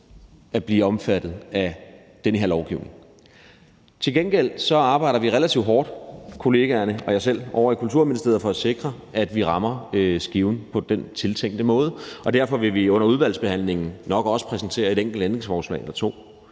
at blive omfattet af den her lovgivning. Til gengæld arbejder vi relativt hårdt, kollegaerne og jeg selv ovre i Kulturministeriet, for at sikre, at vi rammer skiven på den tiltænkte måde, og derfor vil vi under udvalgsbehandlingen nok også præsentere et enkelt ændringsforslag eller to.